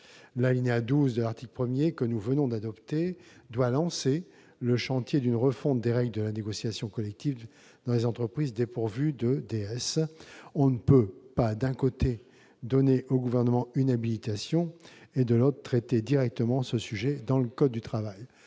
L'alinéa 12 de l'article 1, que nous venons d'adopter, doit lancer le chantier d'une refonte des règles de la négociation collective dans les entreprises dépourvues de délégués syndicaux. On ne peut, d'un côté, donner au Gouvernement une habilitation et, de l'autre, traiter directement ce sujet dans le code du travail.